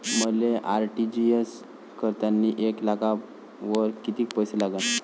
मले आर.टी.जी.एस करतांनी एक लाखावर कितीक पैसे लागन?